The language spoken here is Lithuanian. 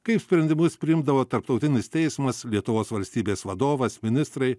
kaip sprendimus priimdavo tarptautinis teismas lietuvos valstybės vadovas ministrai